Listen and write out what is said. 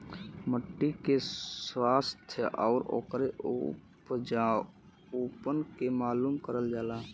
मट्टी के स्वास्थ्य आउर ओकरे उपजाऊपन के मालूम करल जाला